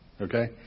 okay